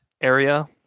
area